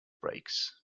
brakes